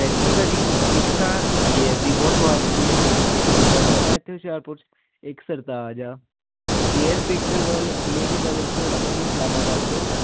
patty ਭਾਅ ਜੀ ਇੱਕ ਤਾਂ ਜੀਐਸ ਦੀ ਬਹੁਤ ਸਵਾਲ ਹੁੰਦੀ ਹ ਜੀਐਸ ਬੇਕਸ ਵਰਡ ਹ ਨਾ ਇੱਥੇ ਹੁਸ਼ਿਆਰਪੁਰ ਇੱਕ ਸਰਤਾਜ ਆ ਜੇਐਸ ਬੇਕਰ ਵਾਲੇ ਡੀਏਵੀ ਕਾਲਜ ਕੋਲ ਆ ਭਾਅ ਜੀ ਇਸਲਾਮਾਬਾਦ ਕੋਲ